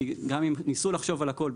כי גם אם ניסו לחשוב על הכול,